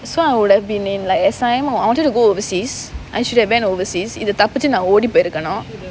so I would have been in S_I_M or I wanted to go overseas I should have went overseas இது தப்பிச்சு நான் ஓடிப்போய் இருக்கனும்:ithu thappichu naan odippoi irukkanum